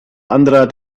anderer